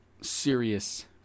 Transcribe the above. serious